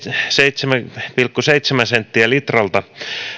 seitsemän pilkku seitsemän senttiä litralta